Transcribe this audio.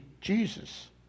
Jesus